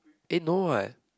eh no what